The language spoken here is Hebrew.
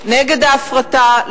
נגד ההפרטה,